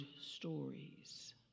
stories